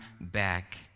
back